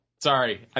Sorry